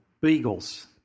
beagles